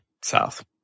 south